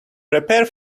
prepare